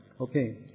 Okay